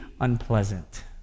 unpleasant